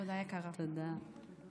תודה, תודה, מיכל.